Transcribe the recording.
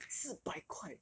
四百块